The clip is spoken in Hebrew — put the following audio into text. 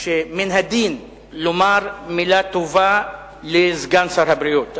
שמן הדין לומר מלה טובה לסגן שר הבריאות,